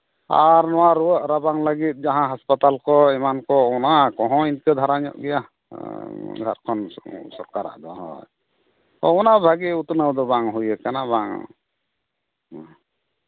ᱟᱨ ᱱᱚᱣᱟ ᱨᱩᱣᱟᱹᱼᱨᱟᱵᱟᱝ ᱞᱟᱹᱜᱤᱫ ᱡᱟᱦᱟᱸ ᱦᱟᱥᱯᱟᱛᱟᱞ ᱠᱚ ᱮᱢᱟᱱ ᱠᱚ ᱚᱱᱟ ᱠᱚᱦᱚᱸ ᱤᱱᱠᱟᱹ ᱫᱷᱟᱨᱟ ᱧᱚᱜ ᱜᱮᱭᱟ ᱡᱷᱟᱲᱠᱷᱚᱸᱰ ᱥᱚᱨᱠᱟᱨᱟᱜ ᱫᱚ ᱦᱳᱭ ᱩᱱᱟᱹᱜ ᱵᱷᱟᱜᱮ ᱩᱛᱱᱟᱹᱣ ᱫᱚ ᱵᱟᱝ ᱦᱩᱭᱟᱠᱟᱱᱟ ᱵᱟᱝ ᱦᱮᱸ